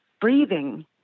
breathing